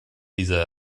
dieser